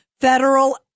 federal